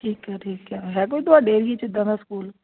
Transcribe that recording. ਠੀਕ ਹੈ ਠੀਕ ਹੈ ਹੈ ਕੋਈ ਤੁਹਾਡੇ ਏਰੀਏ 'ਚ ਇੱਦਾਂ ਦਾ ਸਕੂਲ